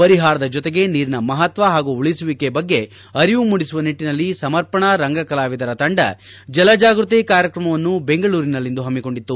ಪರಿಹಾರದ ಜೊತೆಗೆ ನೀರಿನ ಮಹತ್ವ ಹಾಗೂ ಉಳಿಸುವಿಕೆ ಬಗ್ಗೆ ಅರಿವು ಮೂಡಿಸುವ ನಿಟ್ಟನಲ್ಲಿ ಸಮರ್ಪಣ ರಂಗಕಲಾವಿದರ ತಂಡ ಜಲಜಾಗೃತಿ ಕಾರ್ಯಕ್ರಮವನ್ನು ಬೆಂಗಳೂರಿನಲ್ಲಿಂದು ಹಮ್ಮಿಕೊಂಡಿತ್ತು